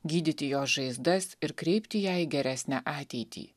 gydyti jos žaizdas ir kreipti ją į geresnę ateitį